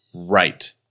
right